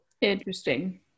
interesting